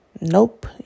nope